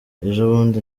ejobundi